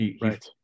Right